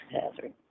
hazard